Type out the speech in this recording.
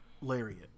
lariat